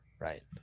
right